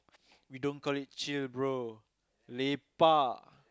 we don't call it chill bro lepak